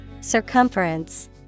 Circumference